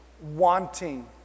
wanting